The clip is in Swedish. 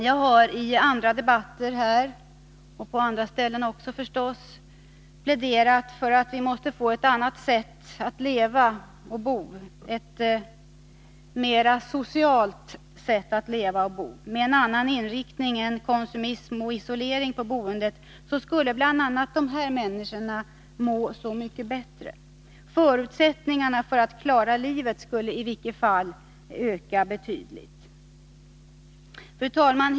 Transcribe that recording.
Jag har i andra debatter pläderat för att vi måste få ett annat sätt att leva och bo — ett mera socialt sätt. Med en annan inriktning på boendet än konsumism och isolering skulle bl.a. dessa människor må mycket bättre. Förutsättningarna för att klara livet skulle i varje fall öka betydligt. Fru talman!